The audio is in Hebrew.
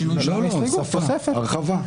שינוי --- תוספת, הרחבה.